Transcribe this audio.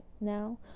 now